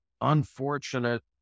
unfortunate